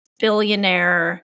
billionaire